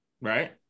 right